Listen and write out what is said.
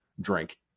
Drink